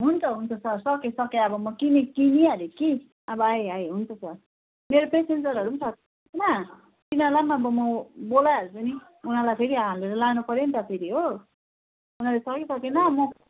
हुन्छ हुन्छ सर सकेँ सकेँ अब म किनेँ किनिहालेँ कि अब आएँ आएँ हुन्छ सर मेरो पेसेन्जरहरू पनि छ कि त्यसमा तिनीहरूलाई पनि अब म बोलाइहाल्छु नि उनीहरूलाई फेरि हामीले लानु पर्यो नि त फेरि हो उनीहरूले सक्यो कि सकेन म